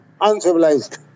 uncivilized